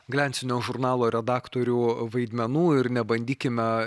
glensinio žurnalo redaktorių vaidmenų ir nebandykime